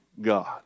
God